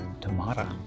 tomorrow